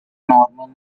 norman